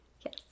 Yes